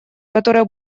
которое